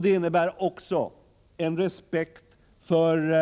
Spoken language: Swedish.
Det innebär också en respekt för